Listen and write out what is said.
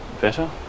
better